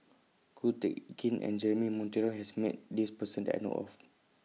Ko Teck Kin and Jeremy Monteiro has Met This Person that I know of